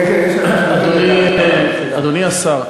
אדוני השר,